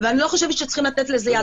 ואני לא חושבת שצריכים לתת לזה יד.